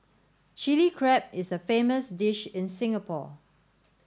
Chilli Crab is a famous dish in Singapore